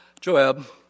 Joab